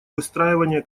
выстраивания